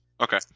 Okay